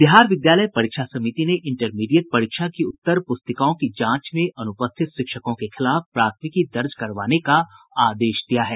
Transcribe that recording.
बिहार विद्यालय परीक्षा समिति ने इंटरमीडिएट परीक्षा की उत्तर प्रस्तिकाओं की जांच में अनुपस्थित शिक्षकों के खिलाफ प्राथमिकी दर्ज करवाने का आदेश दिया है